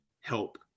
help